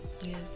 yes